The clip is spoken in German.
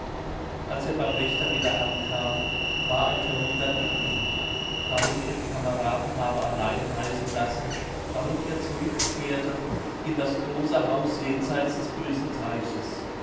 als er beim wächter wieder ankam war ein verwundern in ihm warum er die kameraden habe allein reisen lassen warum er zurückkehrte in das große haus jenseits des bösen teiches